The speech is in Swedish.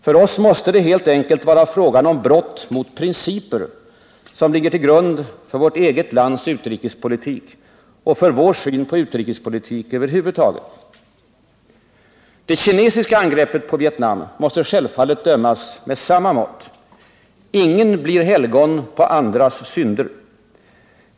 För oss måste det helt enkelt vara fråga om brott mot principer som ligger till grund för vårt eget lands utrikespolitik och för vår syn på utrikespolitik över huvud taget. Det kinesiska angreppet på Vietnam måste självfallet bedömas med samma mått. Ingen blir helgon på andras synder.